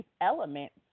elements